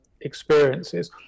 experiences